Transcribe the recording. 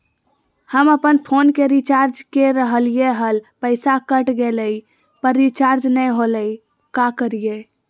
हम अपन फोन के रिचार्ज के रहलिय हल, पैसा कट गेलई, पर रिचार्ज नई होलई, का करियई?